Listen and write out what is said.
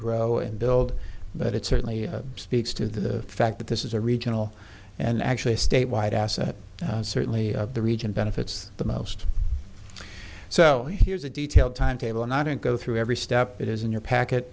grow and build but it certainly speaks to the fact that this is a regional and actually a state wide asset certainly of the region benefits the most so here's a detail timetable and i didn't go through every step that is in your packet